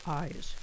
eyes